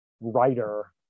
writer